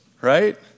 Right